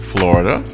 Florida